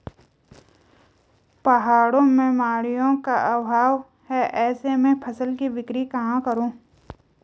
पहाड़ों में मडिंयों का अभाव है ऐसे में फसल की बिक्री कहाँ करूँ?